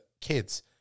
kids